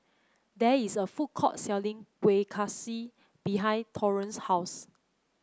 there is a food court selling Kueh Kaswi behind Taurean's house